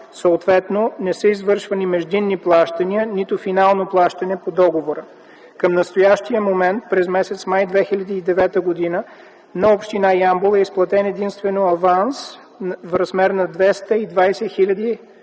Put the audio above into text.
Съответно не са извършени междинни плащания, нито финално плащане по договора. Към настоящия момент към м. май 2009 г. на община Ямбол е изплатен единствено аванс в размер на 220 хил.